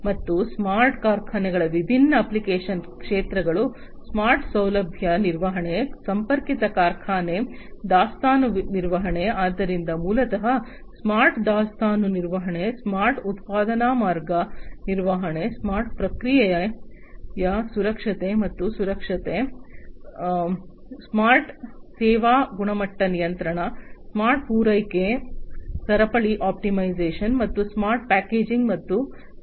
ಮತ್ತು ಸ್ಮಾರ್ಟ್ ಕಾರ್ಖಾನೆಗಳ ವಿಭಿನ್ನ ಅಪ್ಲಿಕೇಶನ್ ಕ್ಷೇತ್ರಗಳು ಸ್ಮಾರ್ಟ್ ಸೌಲಭ್ಯ ನಿರ್ವಹಣೆ ಸಂಪರ್ಕಿತ ಕಾರ್ಖಾನೆ ದಾಸ್ತಾನು ನಿರ್ವಹಣೆ ಆದ್ದರಿಂದ ಮೂಲತಃ ಸ್ಮಾರ್ಟ್ ದಾಸ್ತಾನು ನಿರ್ವಹಣೆ ಸ್ಮಾರ್ಟ್ ಉತ್ಪಾದನಾ ಮಾರ್ಗ ನಿರ್ವಹಣೆ ಸ್ಮಾರ್ಟ್ ಪ್ರಕ್ರಿಯೆಯ ಸುರಕ್ಷತೆ ಮತ್ತು ಸುರಕ್ಷತೆ ಸ್ಮಾರ್ಟ್ ಸೇವಾ ಗುಣಮಟ್ಟ ನಿಯಂತ್ರಣ ಸ್ಮಾರ್ಟ್ ಪೂರೈಕೆ ಸರಪಳಿ ಆಪ್ಟಿಮೈಸೇಶನ್ ಮತ್ತು ಸ್ಮಾರ್ಟ್ ಪ್ಯಾಕೇಜಿಂಗ್ ಮತ್ತು ನಿರ್ವಹಣೆ